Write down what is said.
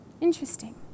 Interesting